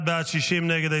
51 בעד, 60 נגד.